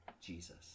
Jesus